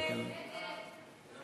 קבוצת סיעת מרצ וקבוצת סיעת